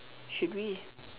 should we